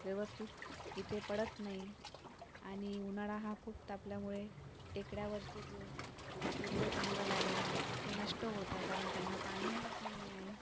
व्यवस्थित इथे पडत नाही आणि उन्हाळा हा खूप तापल्यामुळे टेकड्यावरचे जे हिरवे जंगल आहे ते नष्ट होत आहे कारण त्यांना पाणी मिळत नाही आहे